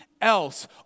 else